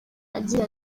agira